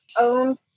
own